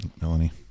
Melanie